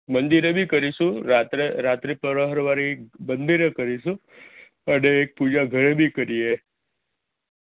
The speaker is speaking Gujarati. મંદિરે બી કરીશું રાત્રે રાત્રિ પ્રહરવાળી મંદિરે કરીશું અને એક પૂજા ઘરે બી કરીએ